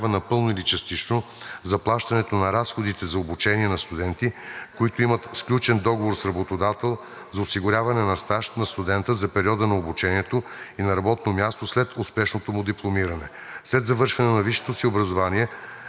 осигурява напълно или частично заплащането на разходите за обучение на студенти, които имат сключен договор с работодател за осигуряване на стаж на студента за периода на обучението и на работно място след успешното му дипломиране. След завършване на висшето си образование